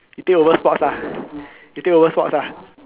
you take over sports lah you take over sports lah